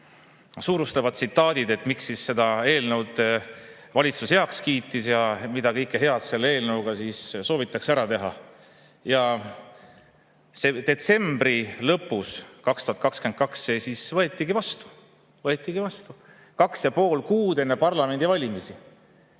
suurustavad tsitaadid, miks valitsus selle eelnõu heaks kiitis ja mida kõike head selle eelnõuga soovitakse ära teha. Ja detsembri lõpus 2022 see siis võetigi vastu, võeti vastu kaks ja pool kuud enne parlamendivalimisi.